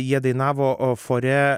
jie dainavo o fore